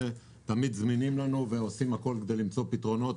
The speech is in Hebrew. הם תמיד זמינים לנו ועושים הכול כדי למצוא פתרונות.